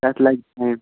تَتھ لَگہِ ٹایم